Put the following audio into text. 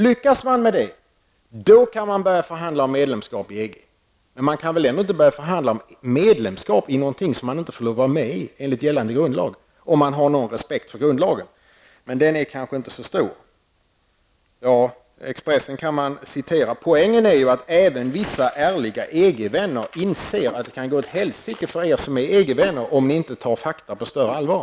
Lyckas man med det, då kan man börja förhandla om medlemskap i EG. Men man kan väl ändå inte börja förhandla om medlemskap i någonting som man inte får lov att vara med i enligt gällande grundlag, om man har någon respekt för grundlagen. Men den respekten är kanske inte så stor. Expressen kan man citera. Poängen är ju att även vissa ärliga EG-vänner inser att det kan gå åt helsike för er som är EG-vänner, om ni inte tar fakta på större allvar.